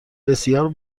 بسیار